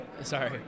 Sorry